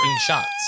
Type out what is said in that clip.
shots